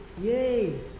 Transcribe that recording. yay